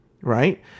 right